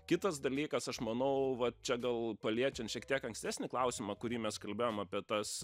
kitas dalykas aš manau va čia gal paliečiant šiek tiek ankstesnį klausimą kurį mes kalbėjom apie tas